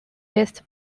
guest